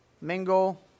Mingle